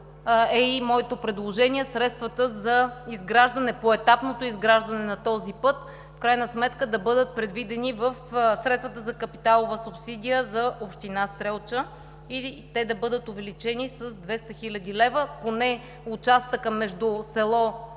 е и моето предложение: средствата за поетапното изграждане на този път в крайна сметка да бъдат предвидени в средствата за капиталова субсидия за община Стрелча и да бъдат увеличени с 200 хил. лв. Поне участъкът между село